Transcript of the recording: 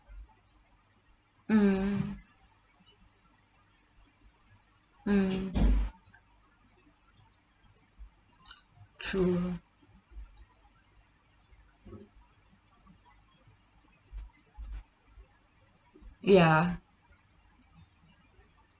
mm mm true ya